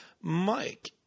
Mike